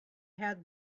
had